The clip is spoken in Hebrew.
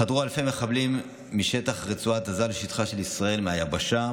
חדרו אלפי מחבלים משטח רצועת עזה לשטחה של ישראל מהיבשה,